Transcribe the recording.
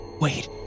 Wait